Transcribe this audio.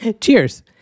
Cheers